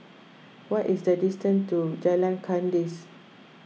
what is the distance to Jalan Kandis